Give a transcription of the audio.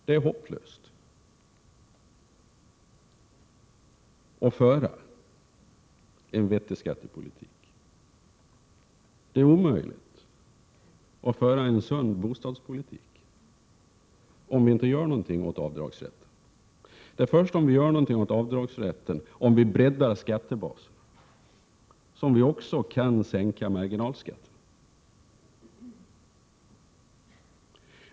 Det är hopplöst att föra en vettig skattepolitik, det är omöjligt att föra en sund bostadspolitik, om vi inte gör någonting åt avdragsrätten. Det är först om vi gör någonting åt avdragsrätten, om vi breddar skattebasen, som vi också kan sänka marginalskatterna.